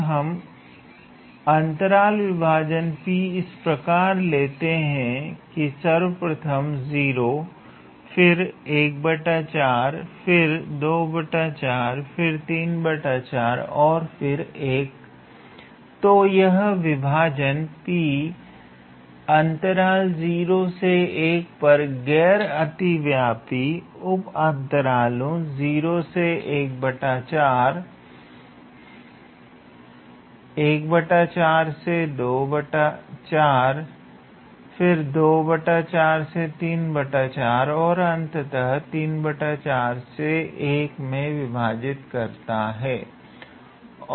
तब हम अंतराल विभाजन 𝑃 इस प्रकार से लेते हैं की सर्वप्रथम 0 फिर फिर फिर और फिर 1 तो यह विभाजन 𝑃 अंतराल 0 1 को गैर अतिव्यापी उप अंतरालों 0 फिर से फिर से और अंततः से 1 में विभाजित करता है